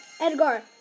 Edgar